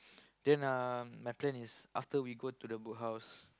then uh my plan is after we go to the Bookhouse